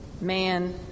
man